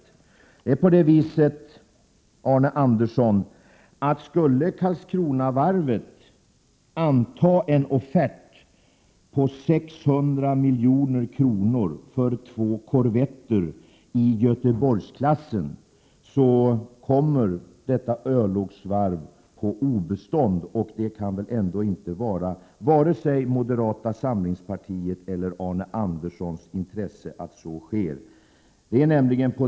Det är emellertid på det viset, Arne Andersson, att skulle Karlskronavarvet anta en offert på 600 milj.kr. för två korvetter i Göteborgsklassen så komme detta örlogsvarv på obestånd, och det kan väl ändå inte vara i vare sig moderata samlingspar tiets eller Arne Anderssons intresse att så sker?